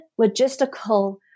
logistical